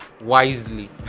wisely